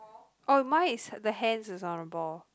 oh mine is the hands is on a ball